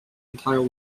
entire